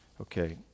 Okay